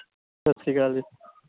ਸਤਿ ਸ਼੍ਰੀ ਅਕਾਲ ਜੀ